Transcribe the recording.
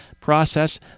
process